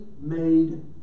made